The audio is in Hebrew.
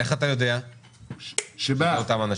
איך אתה יודע שזה אותם?